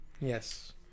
Yes